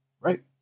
right